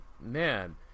man